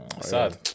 Sad